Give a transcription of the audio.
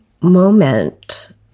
moment